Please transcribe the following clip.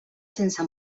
sense